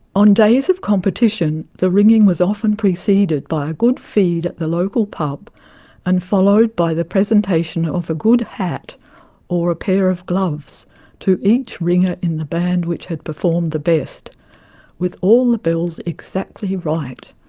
on days of competition the ringing was often preceded by a good feed at the local pub and followed by the presentation of a good hat or a pair of gloves to each ringer in the band which had performed the best with all the bells exactly right.